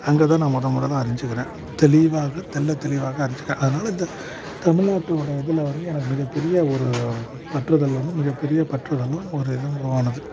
அங்கேதான் நான் முதல் முதலில் அறிஞ்சுக்கிறேன் தெளிவாக தெள்ளத் தெளிவாக அறிஞ்சுக்கிறேன் அதனால் இந்த தமிழ்நாட்டோட இதில் வந்து எனக்கு மிகப் பெரிய ஒரு பற்றுதல் வந்து மிகப்பெரிய பற்றுதலும் ஒரு இதுவும் உருவானது